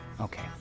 Okay